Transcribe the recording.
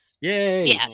Yay